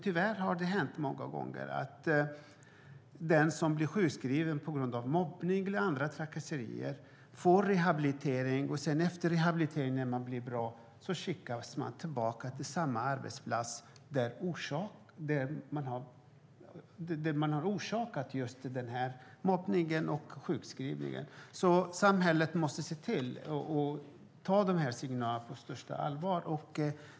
Tyvärr har det många gånger hänt att den som blir sjukskriven på grund av mobbning eller andra trakasserier får rehabilitering och sedan, när man blivit bra, skickas tillbaka till samma arbetsplats som har orsakat mobbningen och sjukskrivningen. Samhället måste alltså ta de här signalerna på största allvar.